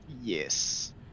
Yes